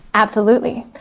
absolutely.